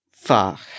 Fuck